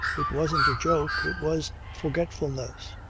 it wasn't a joke. it was forgetfulness.